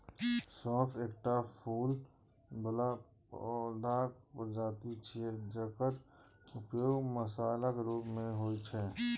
सौंफ एकटा फूल बला पौधाक प्रजाति छियै, जकर उपयोग मसालाक रूप मे होइ छै